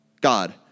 God